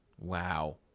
Wow